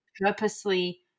purposely